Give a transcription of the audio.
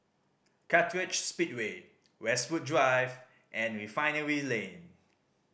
Kartright Speedway Westwood Drive and Refinery Lane